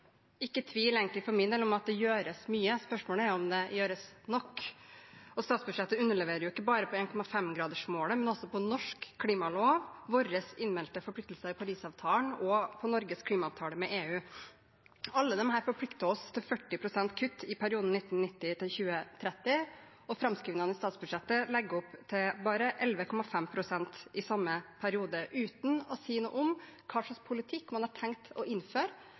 For min del er det egentlig ikke tvil om at det gjøres mye. Spørsmålet er om det gjøres nok. Statsbudsjettet underleverer ikke bare på 1,5-gradersmålet, men også på norsk klimalov, våre innmeldte forpliktelser i Parisavtalen og på Norges klimaavtale med EU. Alle disse forplikter oss til 40 pst. kutt i perioden 1990 til 2030, og framskrivingene i statsbudsjettet legger opp til bare 11,5 pst. i samme periode, uten å si noe om hva slags politikk man har tenkt å innføre